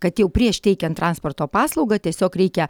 kad jau prieš teikiant transporto paslaugą tiesiog reikia